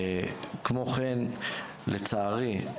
לצערי,